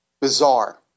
bizarre